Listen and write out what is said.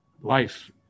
life